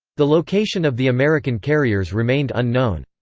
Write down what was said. the location of the american carriers remained unknown.